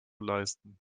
leisten